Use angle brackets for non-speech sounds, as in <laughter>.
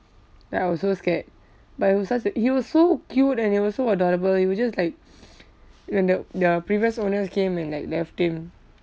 then I was so scared but he was such a he was so cute and he was so adorable we were just like <noise> when the the previous owners came and like left him